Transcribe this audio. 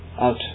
out